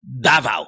Davao